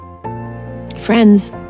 friends